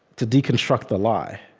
to deconstruct the lie.